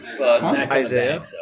Isaiah